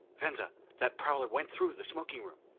venza, that prowler went through the smoking room!